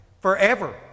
forever